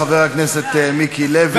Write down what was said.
חבר הכנסת מיקי לוי.